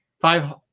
five